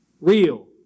Real